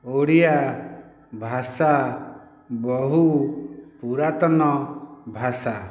ଓଡ଼ିଆ ଭାଷା ବହୁ ପୁରାତନ ଭାଷା